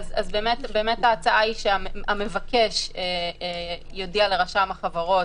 ההצעה היא שהמבקש יודיע לרשם החברות.